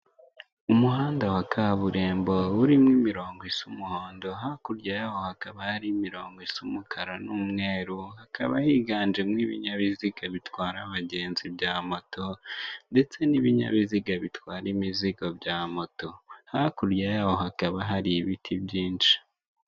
Umuhanda wa kaburimbo urimo imiromgo isa umuhondo hakurya yaho hakaba hari imirongo isa umukara n'umweru hakaba higanjemo ibinyabiziga bitwara abagenzi bya moto ndetse n'ibinyabiziga bitwara imizigo bya moto hakurya yaho hakaba hari ibiti byinshi.